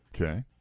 Okay